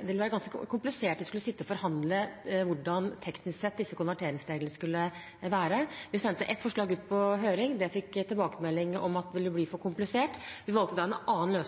Det ville være ganske komplisert å skulle sitte og forhandle om hvordan disse konverteringsreglene skulle være, teknisk sett. Vi sendte ett forslag ut på høring, og det fikk vi tilbakemelding om ville bli for komplisert. Vi valgte da en annen løsning,